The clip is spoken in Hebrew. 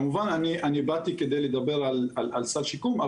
כמובן אני באתי כדי לדבר על סל שיקום,